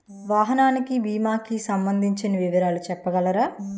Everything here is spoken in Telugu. వాహనానికి భీమా కి సంబందించిన వివరాలు చెప్పగలరా?